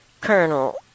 Colonel